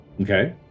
Okay